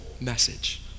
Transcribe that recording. message